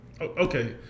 okay